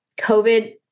COVID